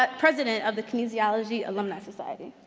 but president of the kinesiology alumni society.